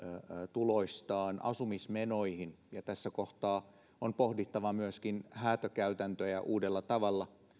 tuloistaan asumismenoihin ja tässä kohtaa on pohdittava myöskin häätökäytäntöjä uudella tavalla